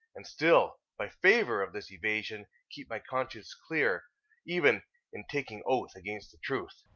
and still, by favour of this evasion, keep my conscience clear even in taking oath against the truth.